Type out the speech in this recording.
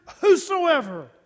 whosoever